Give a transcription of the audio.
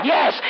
Yes